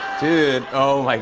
dude, oh, like